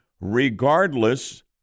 regardless